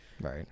Right